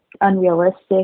unrealistic